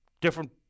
different